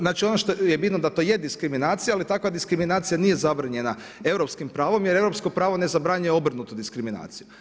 Znači ono što je bitno da to je diskriminacija, ali takva diskriminacija nije zabranjena europskim pravom, jer europsko pravo ne zabranjuje obrnutu diskriminaciju.